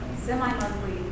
Semi-monthly